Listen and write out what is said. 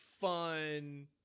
fun